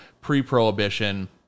pre-prohibition